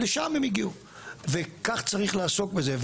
לשם הם הגיעו וכך צריך לעסוק בזה.